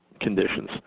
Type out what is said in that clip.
conditions